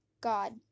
God